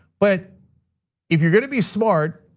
but if you're gonna be smart,